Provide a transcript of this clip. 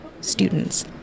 students